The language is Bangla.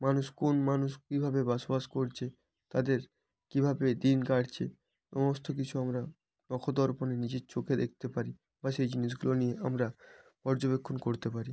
মানুষ কোন মানুষ কীভাবে বাসাবাস করছে তাদের কীভাবে দিন কাটছে সমস্ত কিছু আমরা নখদর্পণে নিজের চোখে দেখতে পারি বা সেই জিনিসগুলো নিয়ে আমরা পর্যবেক্ষণ করতে পারি